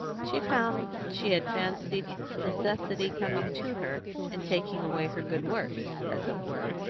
she found she had fancied necessity coming to her and taking away her good works, as it were,